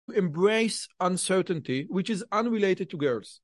לאמץ את אי הודאות, שאינה קשורה לבנות.